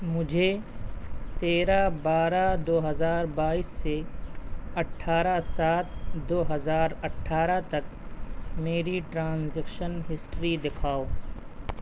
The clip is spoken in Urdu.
مجھے تیرہ بارہ دو ہزار بائیس سے اٹھارہ سات دو ہزار اٹھارہ تک میری ٹرانزیکشن ہسٹری دکھاؤ